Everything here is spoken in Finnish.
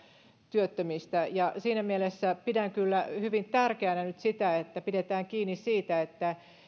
työttömistä siinä mielessä pidän kyllä hyvin tärkeänä nyt sitä että pidetään kiinni siitä että